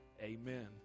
Amen